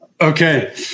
Okay